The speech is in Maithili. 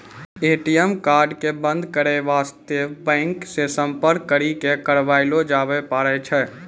ए.टी.एम कार्ड क बन्द करै बास्ते बैंक से सम्पर्क करी क करबैलो जाबै पारै छै